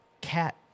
cat